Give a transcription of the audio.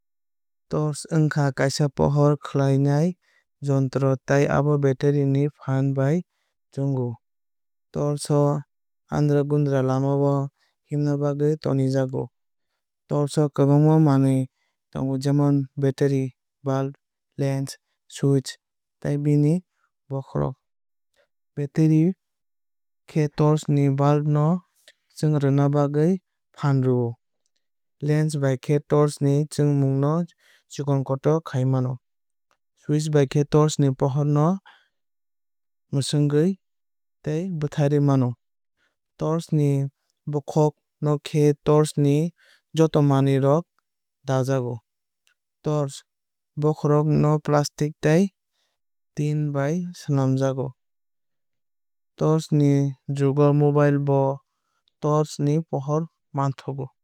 Torch wngkha kaisa pohor khlainai jontro tei abo battery ni phaan bai chwngo. Torch o andragundra lama o himna bagwui tonijago. Torch o kwbangma manwui tongo jemon battery bulb lens switch tei bini bokhok. Battery khe torch ni bulb no chwngrwna bagwui phaan rwio. Lens bai khe torch ni chwngmung no chikon kotor khai mano. Swicth bai khe torch ni pohor no mwswngwui tei bwtharwui mano. Torch ni bokhok no khe torch ni joto manwui rok dajago. Torchni bokhok no plastic tei tin bai swlamjago. Tabuk ni jugo mobile o bo torch ni pohor manthogo.